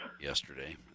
yesterday